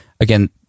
Again